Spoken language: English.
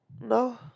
No